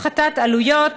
להפחתת עלויות,